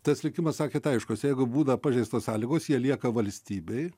tas likimas sakėt aiškus jeigu būna pažeistos sąlygos jie lieka valstybei